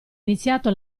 iniziato